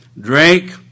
drink